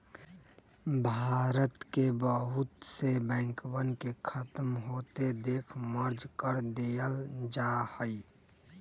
भारत के बहुत से बैंकवन के खत्म होते देख मर्ज कर देयल जाहई